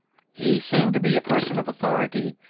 he seemed to be a person of authority,